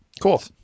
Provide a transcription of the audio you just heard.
Cool